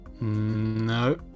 No